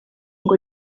ngo